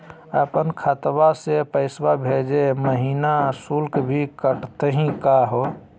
अपन खतवा से पैसवा भेजै महिना शुल्क भी कटतही का हो?